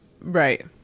right